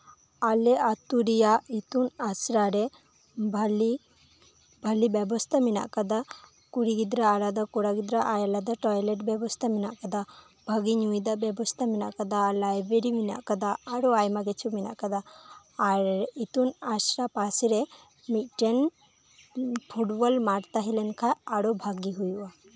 ᱟᱞᱮ ᱟᱹᱛᱩ ᱨᱮᱭᱟᱜ ᱤᱛᱩᱱ ᱟᱥᱲᱟ ᱨᱮ ᱵᱷᱟᱹᱞᱤᱼᱵᱷᱟᱹᱞᱤ ᱵᱮᱵᱚᱥᱛᱟ ᱢᱮᱱᱟᱜ ᱟᱠᱟᱫᱟ ᱠᱩᱲᱤ ᱜᱤᱫᱽᱨᱟᱹ ᱟᱞᱟᱫᱟ ᱠᱚᱲᱟ ᱜᱤᱫᱽᱨᱟᱹ ᱟᱞᱟᱫᱟ ᱴᱚᱭᱞᱮᱴ ᱵᱮᱵᱚᱥᱛᱟ ᱢᱮᱱᱟᱜ ᱟᱠᱟᱫᱟ ᱵᱷᱟᱹᱜᱤ ᱧᱩᱭ ᱫᱟᱜ ᱵᱮᱵᱚᱥᱛᱟ ᱢᱮᱱᱟᱜ ᱟᱠᱟᱫᱟ ᱞᱟᱭᱵᱨᱤᱨᱤ ᱢᱮᱱᱟᱜ ᱟᱠᱟᱫᱟ ᱟᱨᱚ ᱟᱭᱢᱟ ᱠᱤᱪᱷᱩ ᱢᱮᱱᱟᱜ ᱟᱠᱟᱫᱟ ᱟᱨ ᱤᱛᱩᱱ ᱟᱥᱲᱟ ᱯᱟᱥ ᱨᱮ ᱢᱤᱫᱴᱮᱱ ᱯᱷᱩᱴᱵᱚᱞ ᱢᱟᱴᱷ ᱛᱟᱦᱮᱸ ᱞᱮᱱ ᱠᱷᱟᱱ ᱟᱨᱚ ᱵᱷᱟᱹᱜᱤ ᱦᱩᱭᱩᱜᱼᱟ